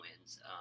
wins